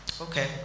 Okay